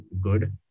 good